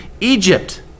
Egypt